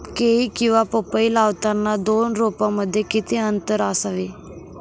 केळी किंवा पपई लावताना दोन रोपांमध्ये किती अंतर असावे?